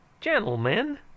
gentlemen